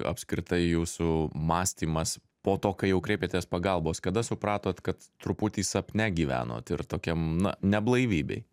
apskritai jūsų mąstymas po to kai jau kreipėtės pagalbos kada supratot kad truputį sapne gyvenot ir tokiam na neblaivybėj